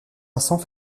vincent